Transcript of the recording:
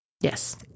Yes